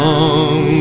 Long